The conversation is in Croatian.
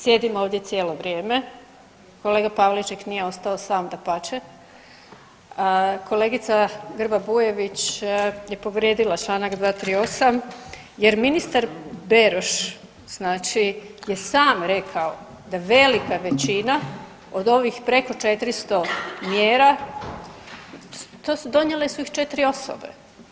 Sjedim ovdje cijelo vrijeme, kolega Pavliček nije ostao sam, dapače, kolegica Grba Bujević je povrijedila čl. 238. jer ministar Beroš znači je sam rekao da velika većina od ovih preko 400 mjera to su donijele su ih četiri osobe.